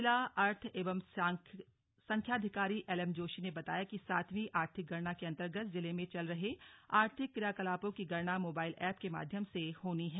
जिला अर्थ एवं संख्याधिकारी एलएम जोशी ने बताया कि सातवीं आर्थिक गणना के अन्तर्गत जिले में चल रहे आर्थिक क्रियाकलापों की गणना मोबाइल एप के माध्यम से होनी है